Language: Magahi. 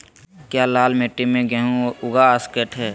क्या लाल मिट्टी में गेंहु उगा स्केट है?